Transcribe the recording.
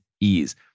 ease